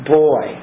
boy